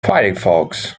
firefox